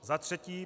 Za třetí.